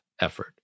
effort